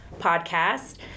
podcast